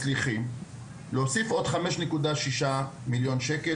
מצליחים להוסיף עוד 5.6 מיליון ₪ לתקציב הזה,